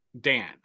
Dan